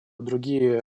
другие